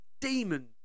demon